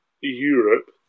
Europe